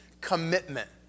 commitment